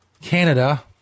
Canada